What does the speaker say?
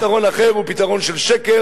וכל פתרון אחר הוא פתרון של שקר,